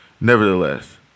Nevertheless